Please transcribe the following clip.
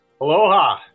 Aloha